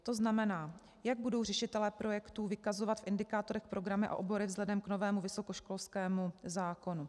To znamená, jak budou řešitelé projektů vykazovat v indikátorech programy a obory vzhledem k novému vysokoškolskému zákonu?